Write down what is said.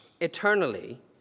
eternally